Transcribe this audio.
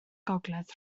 gogledd